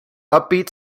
upbeat